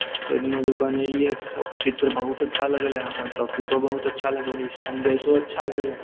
ओहिमे जब बनेलियै तऽ सबके चित्र बहुत अच्छा लगलै हमर टॉपिको बहुत अच्छा लगलै ई संदेशो अच्छा गेलै